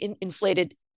inflated